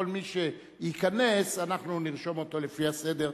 כל מי שייכנס אנחנו נרשום אותו לפי הסדר,